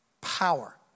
Power